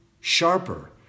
sharper